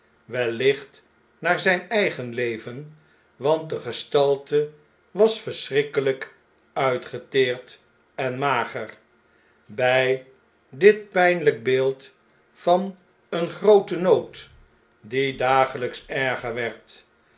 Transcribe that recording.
wellicht naar zjjn eigen leven want de gestalte was verschrikkeljjk uitgeteerd en mager bij dit pijnljjk beeld van een grooten nood die dageln'ks erger werd